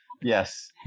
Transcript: yes